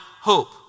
hope